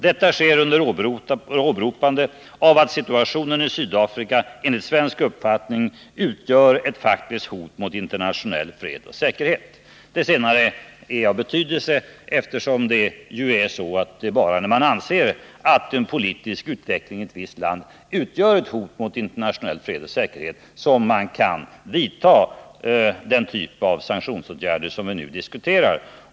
Detta sker under åberopande av att situationen i Sydafrika enligt svensk uppfattning utgör ett faktiskt hot mot internationell fred och säkerhet.” Det senare är av betydelse, eftersom det ju bara är när man anser att en politisk utveckling i ett visst land utgör ett hot mot internationell fred och säkerhet som man kan vidta den typ av sanktionsåtgärder som vi nu diskuterar.